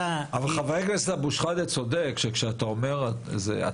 --- חבר הכנסת אבו-שחאדה צודק שיש כאן הטיה.